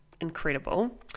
incredible